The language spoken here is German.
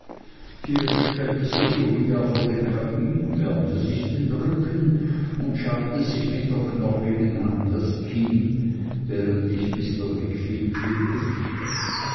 hier stellte sich uriah vor den kamin wärmte sich den rücken und schabte sich mit der knochigen hand das kinn während ich mr wickfield begrüßte